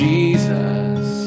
Jesus